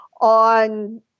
on